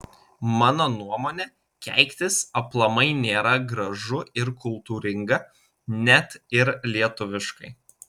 mano nuomone keiktis aplamai nėra gražu ir kultūringa net ir lietuviškai